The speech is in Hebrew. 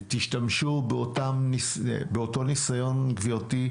תשתמשו באותו ניסיון גברתי,